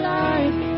life